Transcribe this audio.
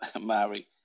Mary